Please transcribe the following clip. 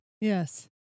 Yes